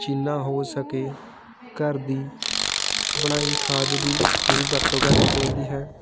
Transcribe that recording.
ਜਿੰਨਾਂ ਹੋ ਸਕੇ ਘਰ ਦੀ ਬਣਾਈ ਖਾਦ ਦੀ ਸਹੀ ਵਰਤੋਂ ਕਰਨੀ ਚਾਹੀਦੀ ਹੈ